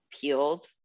peeled